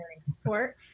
support